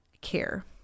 care